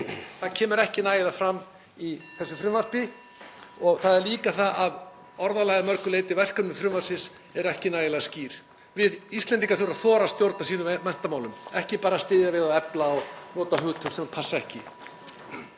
Það kemur ekki nægilega fram í þessu frumvarpi og það er líka það að orðalagið að mörgu leyti — verkefni frumvarpsins eru ekki nægilega skýr. (Forseti hringir.) Íslendingar þurfa að þora að stjórna sínum menntamálum, ekki bara að styðja við og efla og nota hugtök sem passa ekki.